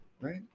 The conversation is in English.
right